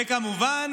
וכמובן